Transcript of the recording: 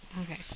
Okay